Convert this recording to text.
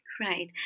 Right